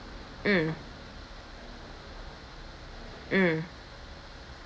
mm mm